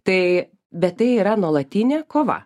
tai bet tai yra nuolatinė kova